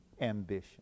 ambition